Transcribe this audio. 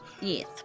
Yes